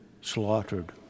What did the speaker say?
slaughtered